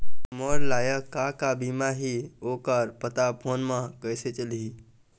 मोर लायक का का बीमा ही ओ कर पता फ़ोन म कइसे चलही?